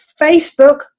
Facebook